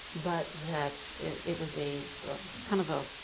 but that it was a kind of a,